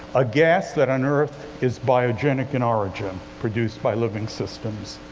a gas that, on earth, is biogenic in origin, produced by living systems.